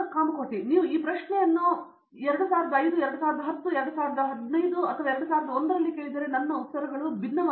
ಕಾಮಕೋಟಿ ನೀವು ಈ ಪ್ರಶ್ನೆಯನ್ನು ಕೇಳಿದ್ದರೆ 2005 2010 2015 2001 ರಲ್ಲಿ ಕೇಳಿದ್ದರೆ ನನ್ನ ಉತ್ತರಗಳು ಭಿನ್ನವಾಗಿರುತ್ತವೆ